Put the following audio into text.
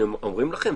אומרים לכם,